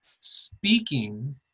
speaking